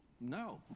no